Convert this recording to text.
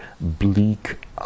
bleak